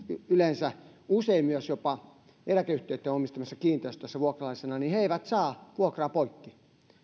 usein eläkeyhtiöitten omistamissa kiinteistöissä vuokralaisina ja he eivät saa vuokraa poikki